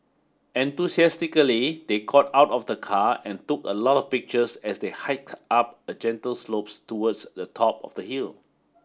enthusiastically they got out of the car and took a lot of pictures as they hiked up a gentle slope towards the top of the hill